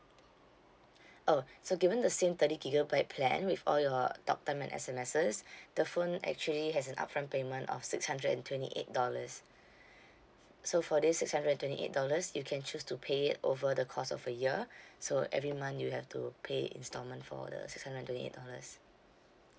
oh so given the same thirty gigabyte plan with all your talk time and S_M_Ses the phone actually has an upfront payment of six hundred and twenty eight dollars so for this six hundred and twenty eight dollars you can choose to pay it over the course of a year so every month you have to pay instalment for the six hundred and twenty eight dollars